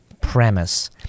premise